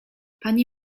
pani